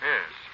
Yes